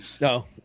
no